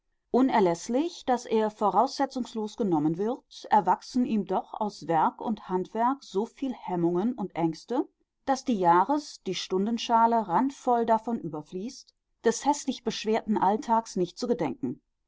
unerläßlich daß er voraussetzungslos genommen wird erwachsen ihm doch aus werk und handwerk so viel hemmungen und ängste daß die jahres die stundenschale randvoll davon überfließt des häßlich beschwerten alltags nicht zu gedenken